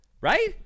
right